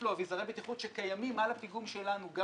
לו אביזרי בטיחות שקיימים על הפיגום שלנו גם